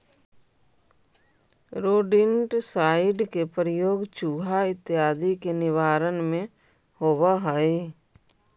rodenticide के प्रयोग चुहा इत्यादि के निवारण में होवऽ हई